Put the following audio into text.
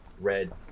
red